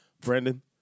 Brandon